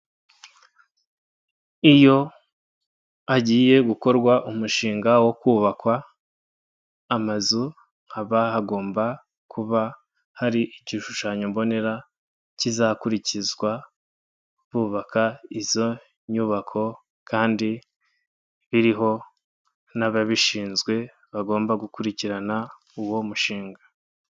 Iyo hagiye gukorwa umushinga wo kubakwa amazu haba hagomba kuba hari igishushanyo mbonera kizakurikizwa bubaka izo nyubako kandi biriho n'ababishinzwe bagomba gukurikirana uwo mushinga.